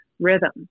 rhythm